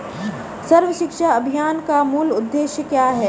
सर्व शिक्षा अभियान का मूल उद्देश्य क्या है?